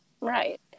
Right